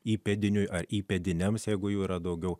įpėdiniui ar įpėdiniams jeigu jų yra daugiau